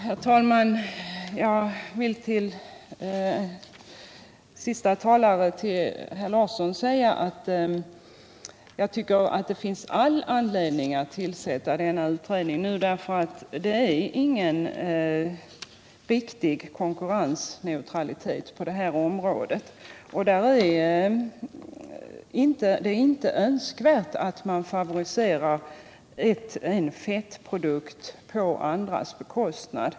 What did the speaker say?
Herr talman! Jag vill till den senaste talaren, Einar Larsson, säga att jag tycker att det finns all anledning att tillsätta denna utredning nu, eftersom det inte råder någon riktig konkurrensneutralitet på detta om råde. Det är inte önskvärt att man favoriserar en fettprodukt på andras bekostnad.